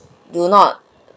do not